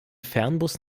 fernbus